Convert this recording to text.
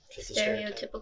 stereotypical